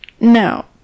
Now